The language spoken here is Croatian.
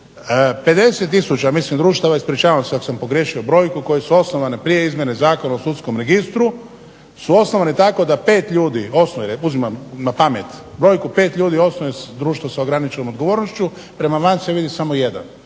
tisuća društava, ispričavam se ako sam pogriješio brojku, koje su osnovane prije izmjene Zakona o sudskom registru su osnovane tako da pet ljudi osnuje, uzimam napamet, brojku pet ljudi osnuje društvo s ograničenom odgovornošću, prema van se vidi samo jedan.